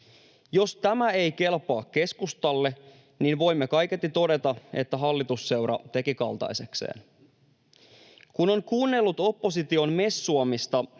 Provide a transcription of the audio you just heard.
Jos tämä ei kelpaa keskustalle, niin voimme kaiketi todeta, että hallitusseura teki kaltaisekseen. Kun on kuunnellut opposition messuamista